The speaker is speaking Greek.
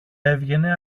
έβγαινε